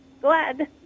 glad